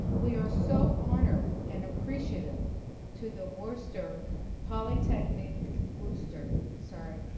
we are so honored and appreciative to the worcester polytechnic worcester sorry,